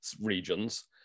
regions